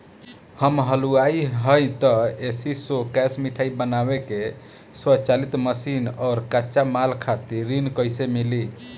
हम हलुवाई हईं त ए.सी शो कैशमिठाई बनावे के स्वचालित मशीन और कच्चा माल खातिर ऋण कइसे मिली?